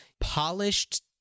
polished